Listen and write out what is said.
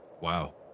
Wow